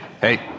hey